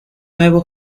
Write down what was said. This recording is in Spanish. nuevo